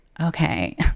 Okay